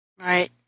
Right